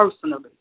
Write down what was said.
personally